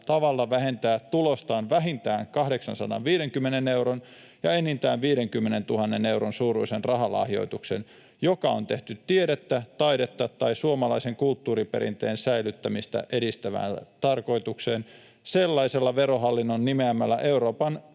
tavalla vähentää tulostaan vähintään 850 euron ja enintään 50 000 euron suuruisen rahalahjoituksen, joka on tehty tiedettä, taidetta tai suomalaisen kulttuuriperinteen säilyttämistä edistävään tarkoitukseen sellaiselle Verohallinnon nimeämälle Euroopan